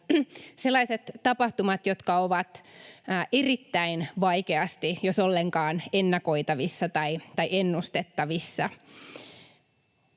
sellaisia tapahtumia, jotka ovat erittäin vaikeasti jos ollenkaan ennakoitavissa tai ennustettavissa.